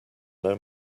know